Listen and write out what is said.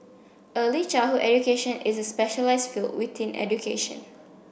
early childhood education is a specialised field within education